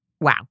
Wow